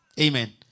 Amen